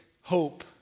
hope